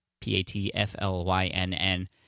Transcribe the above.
p-a-t-f-l-y-n-n